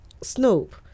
snoop